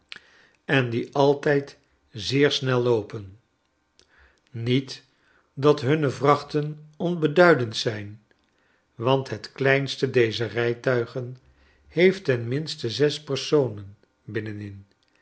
en die altijd zeer snel loopen met dat hunne vrachten onbeduidend zijn want het kleinste dezer rijtuigen heeft ten minste zes personen binnenin